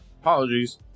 Apologies